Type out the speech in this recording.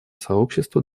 сообщество